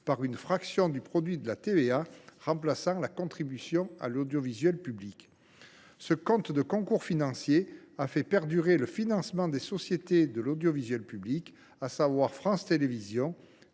d’une fraction du produit de la TVA remplaçant la contribution à l’audiovisuel public. Ce compte de concours financier a fait perdurer le financement des sociétés de l’audiovisuel public, à savoir France Télévisions,